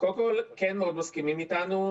קודם כול, כן מסכימים איתנו.